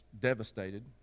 devastated